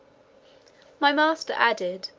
my master added,